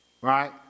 Right